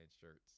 shirts